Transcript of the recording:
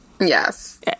Yes